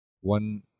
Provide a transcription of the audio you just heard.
One